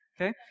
Okay